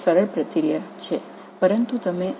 இது ஒரு சிறந்த வினையாகும்